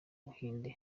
buhinde